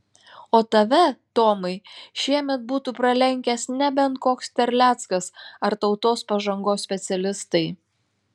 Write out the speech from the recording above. o tave tomai šiemet būtų pralenkęs nebent koks terleckas ar tautos pažangos specialistai